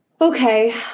Okay